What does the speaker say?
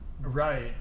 Right